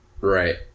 Right